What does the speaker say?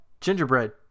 gingerbread